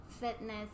fitness